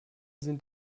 sind